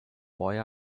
boy